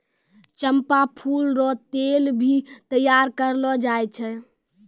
चंपा फूल रो तेल भी तैयार करलो जाय छै